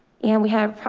and we have a,